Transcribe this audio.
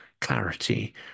clarity